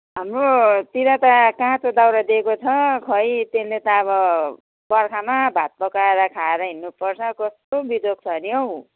हाम्रोतिर त काँचो दाउरा दिएको छ खै त्यसले त अब बर्खामा भात पकाएर खाएर हिँड्नुपर्छ कस्तो बिजोक छ नि हौ